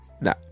No